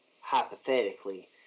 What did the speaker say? hypothetically